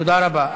תודה רבה.